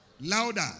Louder